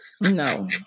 No